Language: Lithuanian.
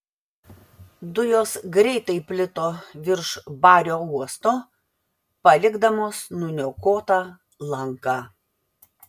dujos greitai plito virš bario uosto palikdamos nuniokotą lanką